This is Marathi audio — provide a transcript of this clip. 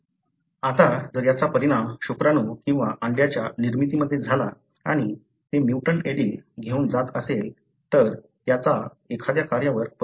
आता जर याचा परिणाम शुक्राणू किंवा अंड्यांच्या निर्मितीमध्ये झाला आणि ते म्युटंट एलील घेऊन जात असेल तर त्याचा एखाद्या कार्यावर परिणाम होतो